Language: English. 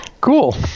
Cool